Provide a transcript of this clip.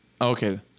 Okay